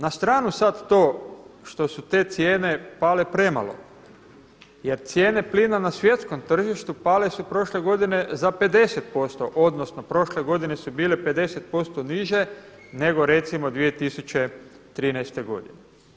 Na stranu sada to što su te cijene pale premalo, jer cijene plina na svjetskom tržištu pale su prošle godine za 50%, odnosno prošle godine su bile 50% niže nego recimo 2013. godine.